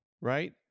right